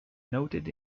noted